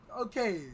Okay